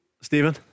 Stephen